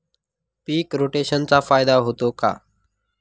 पीक रोटेशनचा फायदा होतो का?